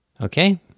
Okay